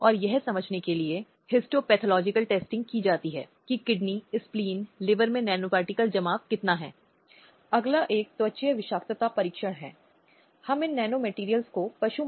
लेकिन यह समाज में रहने वाले प्रत्येक व्यक्ति की जिम्मेदारी है कि वह समाज के अन्य सभी व्यक्तियों के बुनियादी मानवाधिकारों का सम्मान करे